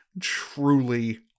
truly